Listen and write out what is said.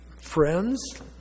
friends